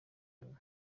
nyuma